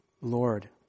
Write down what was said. Lord